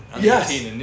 Yes